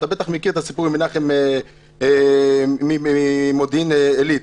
אתה בטח מכיר את הסיפור עם מנחם קולדצקי ממודיעין עילית,